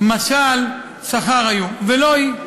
משל שכר היו, ולא היא.